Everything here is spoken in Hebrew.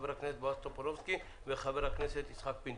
חה"כ בועז טופורובסקי וחה"כ יצחק פינדרוס.